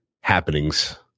happenings